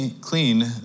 clean